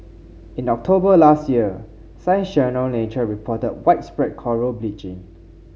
in October last year Science Journal Nature reported widespread coral bleaching